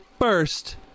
first